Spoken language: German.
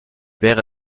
wäre